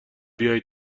بیای